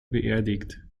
beerdigt